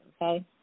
okay